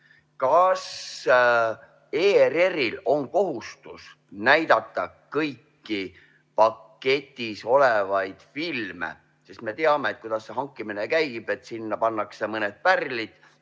Kas ERR-il on kohustus näidata kõiki paketis olevaid filme? Sest me teame, kuidas see hankimine käib – sinna pannakse mõned pärlid,